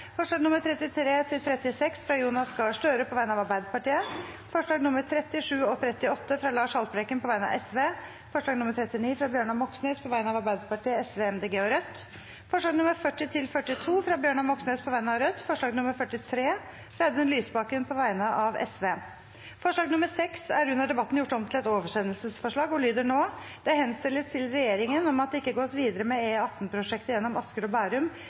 fra Jonas Gahr Støre på vegne av Arbeiderpartiet forslagene nr. 37 og 38, fra Lars Haltbrekken på vegne av Sosialistisk Venstreparti forslag nr. 39, fra Bjørnar Moxnes på vegne av Arbeiderpartiet, Sosialistisk Venstreparti, Miljøpartiet De Grønne og Rødt forslagene nr. 40–42, fra Bjørnar Moxnes på vegne av Rødt forslag nr. 43, fra Audun Lysbakken på vegne av Sosialistisk Venstreparti Forslag nr. 6, fra Marit Arnstad på vegne av Senterpartiet, er under debatten gjort om til et oversendelsesforslag og lyder nå: «Det henstilles til regjeringen om at det